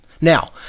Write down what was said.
Now